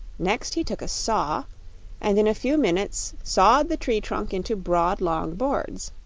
next he took a saw and in a few minutes sawed the tree-trunk into broad, long boards.